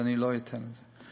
ואני לא אתן את זה.